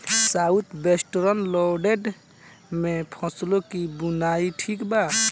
South western lowland में फसलों की बुवाई ठीक बा?